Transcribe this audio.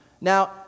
Now